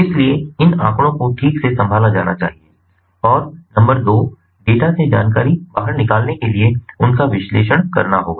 इसलिए इन आंकड़ों को ठीक से संभाला जाना चाहिए और नंबर 2 डेटा से जानकारी बाहर निकालने के लिए उनका विश्लेषण करना होगा